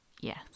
Yes